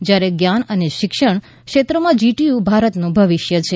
જ્યારે જ્ઞાન અને શિક્ષણ ક્ષેત્રમાં જીટીયુ ભારતનું ભવિષ્ય છે